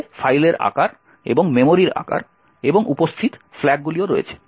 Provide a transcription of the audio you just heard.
এতে ফাইলের আকার এবং মেমরির আকার এবং উপস্থিত ফ্ল্যাগগুলিও রয়েছে